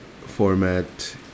format